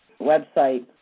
website